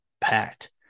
packed